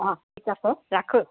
অঁ ঠিক আছে ৰাখোঁ